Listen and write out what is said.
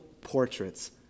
portraits